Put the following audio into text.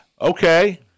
Okay